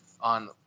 on